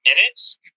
minutes